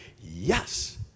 yes